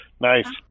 Nice